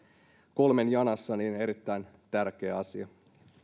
kolmen janassa erittäin tärkeä asia